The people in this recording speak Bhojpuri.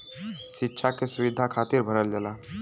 सिक्षा के सुविधा खातिर भरल जाला